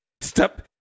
Step